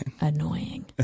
annoying